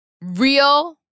real